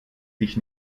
dich